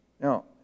Now